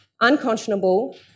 unconscionable